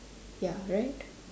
ya right